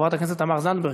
חברת הכנסת תמר זנדברג.